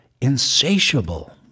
insatiable